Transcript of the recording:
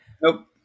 Nope